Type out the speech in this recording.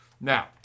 Now